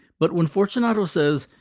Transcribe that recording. but when fortunato says,